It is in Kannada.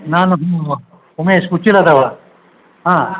ನಾನು ಉಮೇಶ್ ಉಚ್ಚಿಲದವ ಹಾಂ